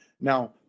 now